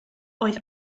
oedd